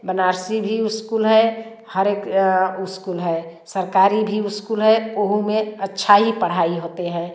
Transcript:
बनारसी भी स्कूल है हर एक स्कूल है सरकारी भी स्कूल है वह में अच्छा ही पढ़ाई होते हैं